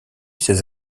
ses